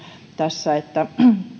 tässä että